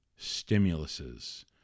stimuluses